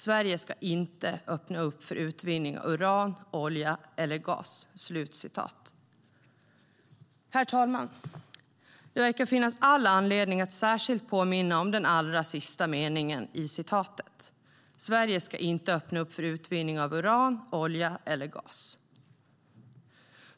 Sverige ska inte öppna upp för utvinning av uran, olja eller gas." Herr ålderspresident! Det verkar finnas all anledning att särskilt påminna om den allra sista meningen i citatet: "Sverige ska inte öppna upp för utvinning av uran, olja eller gas."